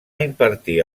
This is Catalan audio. impartir